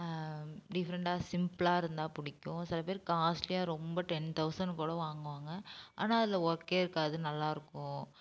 டிஃப்ரெண்ட்டாக சிம்ப்ளாக இருந்தால் பிடிக்கும் சில பேர் காஸ்ட்லியாக ரொம்ப டென் தௌசண்ட் போல வாங்குவாங்க ஆனால் அதில் ஒர்க் இருக்காது நல்லா இருக்கும்